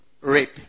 rape